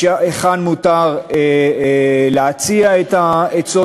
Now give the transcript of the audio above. היכן מותר להציע את העצות